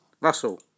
Russell